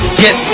get